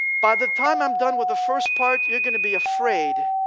by the time i'm done with the first part you're gonna be afraid,